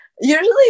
usually